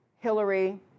Hillary